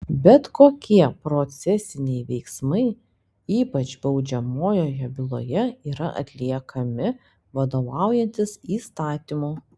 bet kokie procesiniai veiksmai ypač baudžiamojoje byloje yra atliekami vadovaujantis įstatymu